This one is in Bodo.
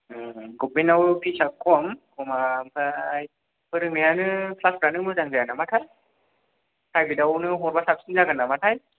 ओं गभर्नमेन्टाव फिसआ खम खमा ओमफ्राय फोरोंनायानो क्लासफ्रानो मोजां जाया नामाथाय प्राइभेथावनो हरब्लानो साबसिन जागोन नामाथाय